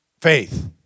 Faith